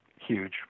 huge